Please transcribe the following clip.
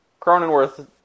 Cronenworth